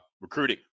Recruiting